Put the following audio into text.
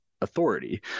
authority